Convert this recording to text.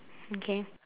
okay